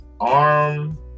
ARM